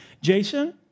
Jason